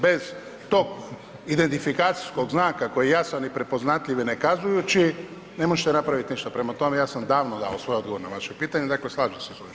Bez tog identifikacijskog znaka koji je jasan i prepoznatljiv i ne kazujući ne možete napraviti ništa prema tome ja sam davno dao svoj odgovor na vaše pitanje, dakle slažem se s ovim što govorim.